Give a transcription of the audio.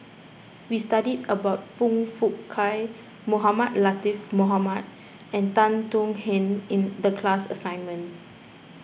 we studied about Foong Fook Kay Mohamed Latiff Mohamed and Tan Thuan Heng in the class assignment